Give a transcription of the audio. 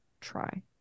try